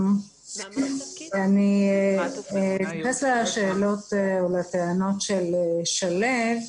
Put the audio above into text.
אני אתייחס לשאלות, או אולי לטענות, של שלו בראנץ.